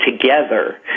together